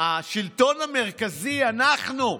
השלטון המרכזי, אנחנו,